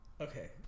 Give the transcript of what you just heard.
Okay